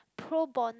pro bon~